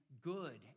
good